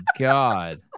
God